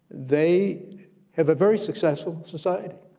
they have a very successful society,